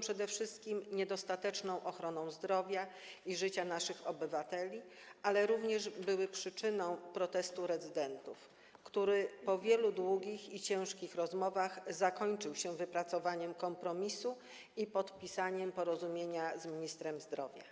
przede wszystkim skutkują niedostateczną ochroną zdrowia i życia naszych obywateli, ale były również przyczyną protestu rezydentów, który po wielu długich i ciężkich rozmowach zakończył się wypracowaniem kompromisu i podpisaniem porozumienia z ministrem zdrowia.